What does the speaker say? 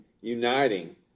uniting